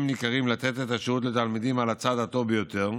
ניכרים לתת את השירות לתלמידים על הצד הטוב ביותר.